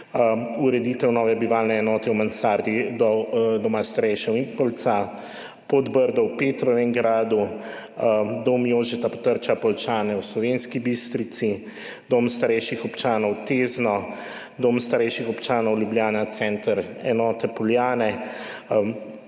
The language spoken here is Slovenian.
ureditev nove bivalne enote v mansardi doma za starejše Impoljca, Podbrdo v Petrovem Brdu, Dom dr. Jožeta Potrča Poljčane v Slovenski Bistrici, Dom starejših občanov Tezno, Dom starejših občanov Ljubljana Center, enote Poljane,